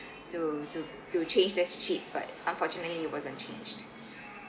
to to to change the sheets but unfortunately it wasn't changed